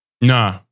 Nah